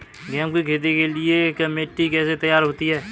गेहूँ की खेती के लिए मिट्टी कैसे तैयार होती है?